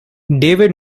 david